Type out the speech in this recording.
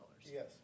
Yes